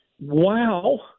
wow